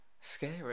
scary